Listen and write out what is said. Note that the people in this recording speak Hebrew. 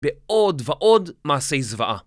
בעוד ועוד מעשי זוועה.